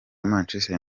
manchester